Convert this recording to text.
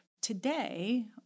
Today